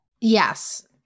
Yes